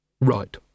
Right